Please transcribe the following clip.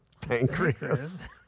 Pancreas